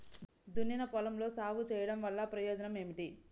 దున్నిన పొలంలో సాగు చేయడం వల్ల ప్రయోజనం ఏమిటి?